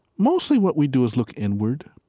mostly what we do is look inward.